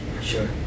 Sure